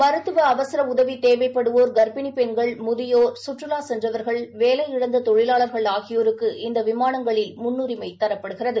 மருத்துவ அவசர உதவி தேவைப்படுவோர்கர்ப்பினி பெண்கள் முதியோர் சுற்றுலா சென்றவர்கள் வேலையிழந்த தொழிலாளர்கள் ஆகியோருக்கு இந்த விமானங்களில் முன்னுரிமை தரப்படுகிறது